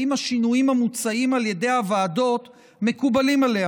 השינויים המוצעים על ידי הוועדות מקובלים עליה